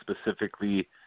specifically –